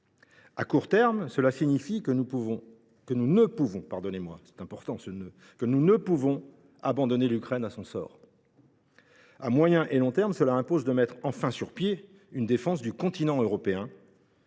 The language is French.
À court terme, cela signifie que nous ne pouvons abandonner l’Ukraine à son sort. À moyen et long terme, cela impose de mettre enfin sur pied une défense du continent européen